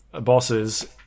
bosses